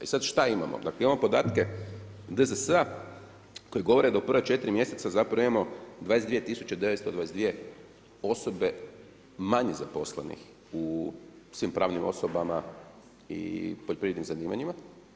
I sad šta imamo, dakle imamo podatke DZS-a koji govore da u prva četiri mjeseca zapravo imamo 22922 osobe manje zaposlenih u svim pravnim osobama i poljoprivrednim zanimanjima.